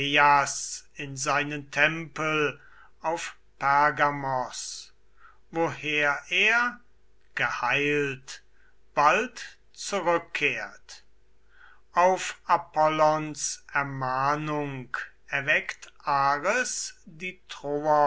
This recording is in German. in seinen tempel auf pergamos woher er geheilt bald zurückkehrt auf apollons ermahnung erweckt ares die troer